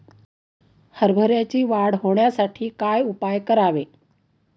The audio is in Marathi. हरभऱ्याची वाढ होण्यासाठी काय उपाय करावे?